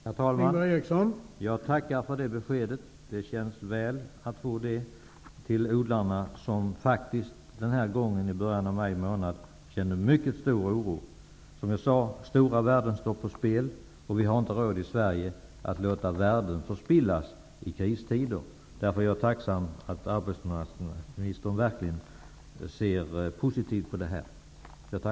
Herr talman! Jag tackar för det beskedet. Det känns bra att få det till odlarna, som i början av maj månad kände mycket stor oro. Det är stora värden som står på spel, som jag nämnde tidigare. Vi har inte råd att låta dem förspillas i kristider. Därför är jag tacksam att arbetsmarknadsministern ser positivt på detta.